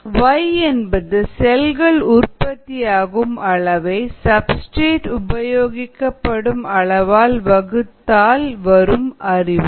Yxs என்பது செல்கள் உற்பத்தியாகும் அளவை சப்ஸ்டிரேட் உபயோகிக்கப்படும் அளவால் வகுத்தால் வரும் என்று அறிவோம்